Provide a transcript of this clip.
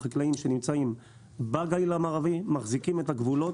החקלאיים שנמצאים בגליל המערבי מחזיקים את הגבולות,